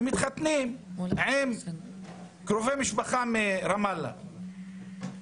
שמתחתנים עם קרובי משפחה מרמאללה, מנבלוס,